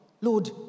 Lord